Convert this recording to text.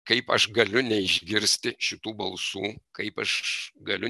kaip aš galiu neišgirsti šitų balsų kaip aš galiu